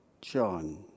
John